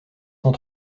cent